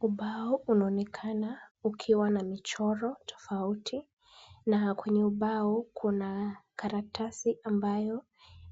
Ubao unaonekana ukiwa na michoro tofauti na kwenye ubao kuna karatasi ambayo